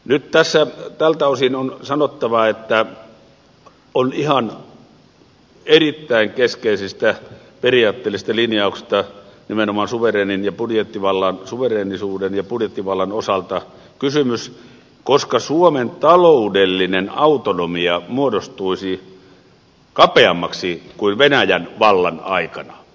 nyt tässä tältä osin on sanottava että on ihan erittäin keskeisistä periaatteellisista linjauksista nimenomaan suvereenisuuden ja budjettivallan osalta kysymys koska suomen taloudellinen autonomia muodostuisi kapeammaksi kuin venäjän vallan aikana